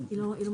היא לא מחוברת?